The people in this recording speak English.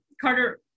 Carter